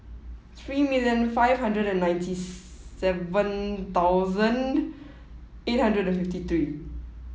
three million five hundred and ninety seven thousand eight hundred and fifty three